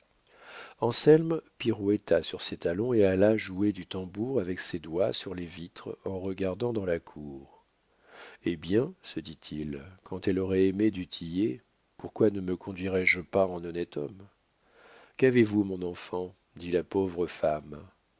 peines anselme pirouetta sur ses talons et alla jouer du tambour avec ses doigts sur les vitres en regardant dans la cour hé bien se dit-il quand elle aurait aimé du tillet pourquoi ne me conduirais je pas en honnête homme qu'avez-vous mon enfant dit la pauvre femme